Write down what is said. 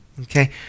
okay